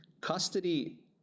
custody